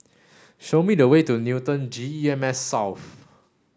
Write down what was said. show me the way to Newton G E M S South